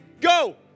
go